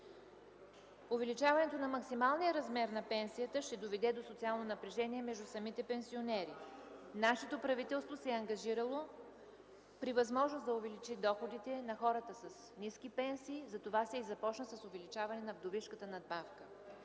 увеличаването на максималния размер на пенсията ще доведе до социално напрежение между самите пенсионери. Нашето правителство се е ангажирало, при възможност, да увеличи доходите на хората с ниски пенсии, затова се и започна с увеличаване на вдовишката надбавка.